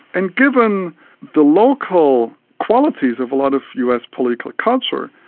and given the local qualities of a lot of us political culture,